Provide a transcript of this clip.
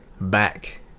back